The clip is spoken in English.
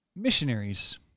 missionaries